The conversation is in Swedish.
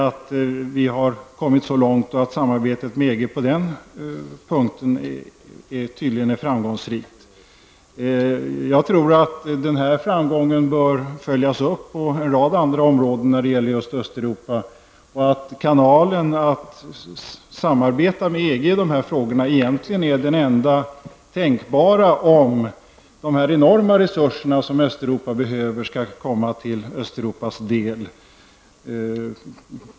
Att vi kommit så långt att samarbetet med EG på det området tydligen är framgångsrikt är i sig någonting att hälsa med glädje. Jag tror att den här framgången bör följas upp på en rad andra områden när det gäller Östeuropa. Samarbetskanalen med EG är egentligen den enda tänkbara om de enorma resurser som Östeuropa behöver skall komma Östeuropa till del.